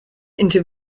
into